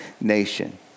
nation